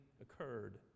occurred